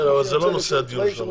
כן, אבל זה לא נושא הדיון שלנו.